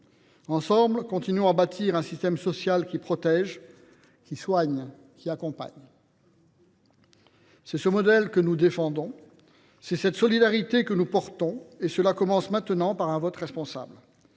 Ensemble, continuons à bâtir un système social qui protège, qui soigne, qui accompagne. C’est ce modèle que nous défendons. C’est cette solidarité que nous portons. Cela commence maintenant, par un vote responsable.